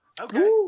Okay